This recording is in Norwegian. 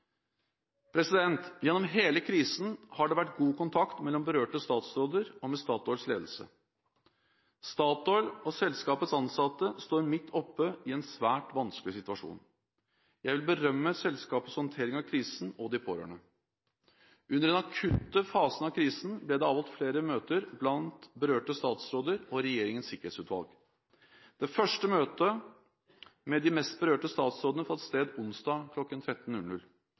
Gjennom hele krisen har det vært god kontakt mellom berørte statsråder og med Statoils ledelse. Statoil og selskapets ansatte står midt oppe i en svært vanskelig situasjon. Jeg vil berømme selskapets håndtering av krisen og de pårørende. Under den akutte fasen av krisen ble det avholdt flere møter blant berørte statsråder og i Regjeringens sikkerhetsutvalg. Det første møtet med de mest berørte statsrådene fant sted onsdag